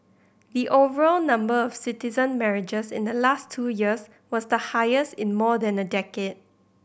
the overall number of citizen marriages in the last two years was the highest in more than a decade